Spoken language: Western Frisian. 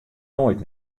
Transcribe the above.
noait